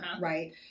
right